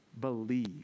believe